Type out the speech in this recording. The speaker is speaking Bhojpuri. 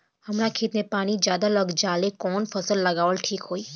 हमरा खेत में पानी ज्यादा लग जाले कवन फसल लगावल ठीक होई?